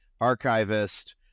archivist